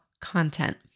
content